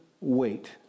wait